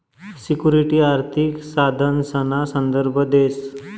security आर्थिक साधनसना संदर्भ देस